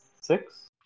six